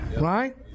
right